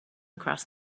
across